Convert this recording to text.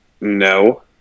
No